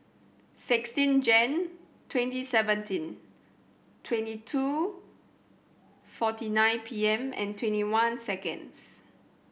sixteen Jan twenty seventeen twenty two forty nine P M and twenty one seconds